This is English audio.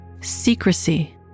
Secrecy